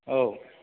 औ